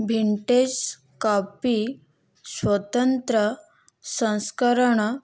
vintage copy ସ୍ୱତନ୍ତ୍ର ସଂସ୍କରଣ